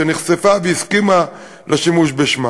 שנחשפה והסכימה לשימוש בשמה,